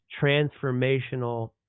transformational